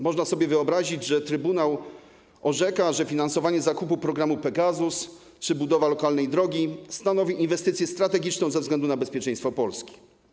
Można sobie wyobrazić, że trybunał orzeka, że finansowanie zakupu programu Pegasus czy budowa lokalnej drogi stanowi inwestycję strategiczną ze względu na bezpieczeństwo Polski.